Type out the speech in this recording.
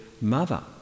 mother